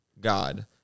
God